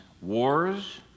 wars